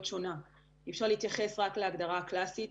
שונה - אי אפשר להתייחס רק להגדרה הקלאסית,